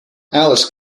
alice